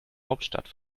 hauptstadt